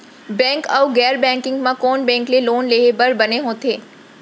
Bank अऊ गैर banking म कोन बैंक ले लोन लेहे बर बने होथे?